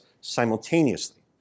simultaneously